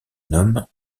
nomme